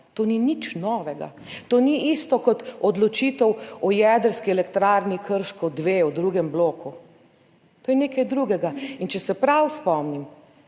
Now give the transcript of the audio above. to ni nič novega, to ni isto kot odločitev o jedrski elektrarni Krško 2, o drugem bloku, to je nekaj drugega. In če se prav spomnim,